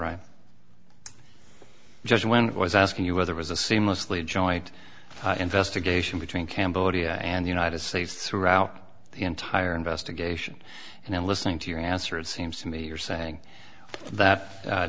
right just when it was asking you whether was a seamlessly a joint investigation between cambodia and the united states throughout the entire investigation and listening to your answer it seems to me you're saying that